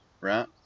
right